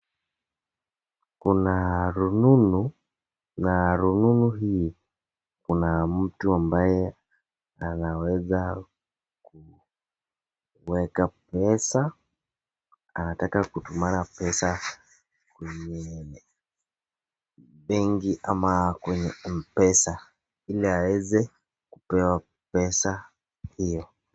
kuna rununu na rununu hii kuna mtu ambaye anaweza kuweka pesa, anataka kutuma pesa kwenye benki ama kwenye mpesa ili aweze kupewa pesa hiyo.